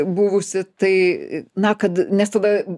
buvusį tai na kad nes tada